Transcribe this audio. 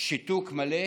שיתוק מלא,